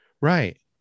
Right